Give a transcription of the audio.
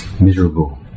miserable